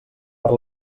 per